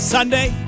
Sunday